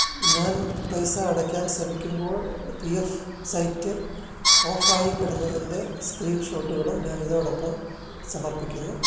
ഞാൻ പൈസ അടയ്ക്കാൻ ശ്രമിക്കുമ്പോൾ പീ എഫ് സൈറ്റ് ഓഫായി കിടന്നതിന്റെ സ്ക്രീൻ ഷോട്ട്കളും ഞാൻ ഇതോടൊപ്പം സമർപ്പിക്കുന്നു